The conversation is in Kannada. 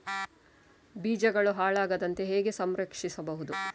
ಬೀಜಗಳು ಹಾಳಾಗದಂತೆ ಹೇಗೆ ಸಂರಕ್ಷಿಸಬಹುದು?